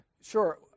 sure